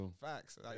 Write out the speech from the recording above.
facts